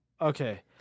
okay